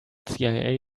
cia